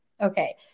Okay